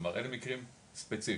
כלומר, אלו מקרים ספציפיים